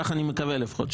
כך אני מקווה לפחות,